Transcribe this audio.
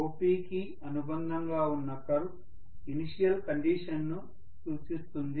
OPకి అనుబంధంగా ఉన్న curve initial condition ను సూచిస్తుంది